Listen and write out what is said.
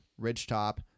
Ridgetop